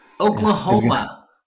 Oklahoma